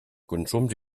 consums